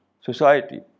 society